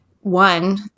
one